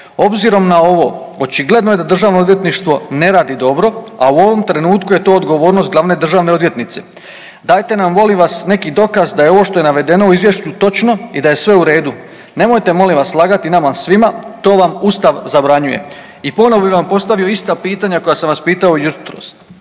Obzirom na ovo očigledno je da državno odvjetništvo ne radi dobro, a ovom trenutku je to odgovornost glavne državne odvjetnice. Dajte nam molim vas neki dokaz da ovo što je navedeno u izvješću točno i da je sve u redu. Nemojte molim vas lagati nama svima to vam Ustav zabranjuje. I ponovno bi vam postavio ista pitanja koja sam vas pitao jutros.